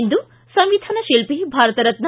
ಇಂದು ಸಂವಿಧಾನ ಶಿಲ್ಪಿ ಭಾರತ ರತ್ನ